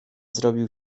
zrobił